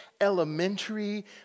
elementary